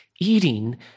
eating